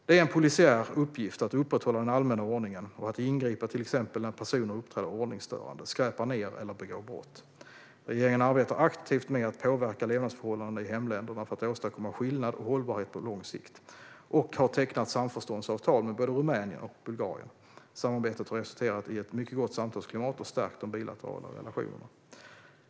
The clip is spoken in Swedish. Det är en polisiär uppgift att upprätthålla den allmänna ordningen och att ingripa till exempel när personer uppträder ordningsstörande, skräpar ned eller begår brott. Regeringen arbetar aktivt med att påverka levnadsförhållandena i hemländerna för att åstadkomma skillnad och hållbarhet på lång sikt och har tecknat samförståndsavtal med både Rumänien och Bulgarien. Samarbetet har resulterat i ett mycket gott samtalsklimat och stärkt de bilaterala relationerna.